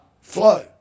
flow